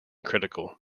critical